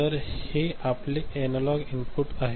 तर हे आपले एनालॉग इनपुट आहे